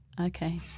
Okay